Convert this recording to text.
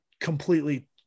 completely